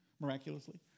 miraculously